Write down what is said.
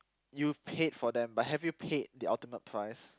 you've paid for them but have you paid the ultimate price